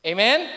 Amen